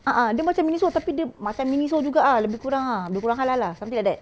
a'ah dia macam Miniso tapi dia macam Miniso juga ah lebih kurang ah lebih kurang halal ah something like that